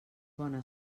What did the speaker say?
bona